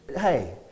Hey